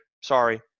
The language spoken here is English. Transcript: Sorry